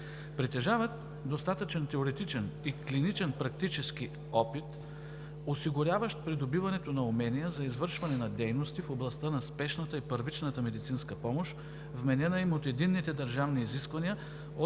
Притежават достатъчен теоретичен и клиничен практически опит, осигуряващ придобиването на умения за извършване на дейности в областта на спешната и първичната медицинска помощ, вменена им от единните държавни изисквания,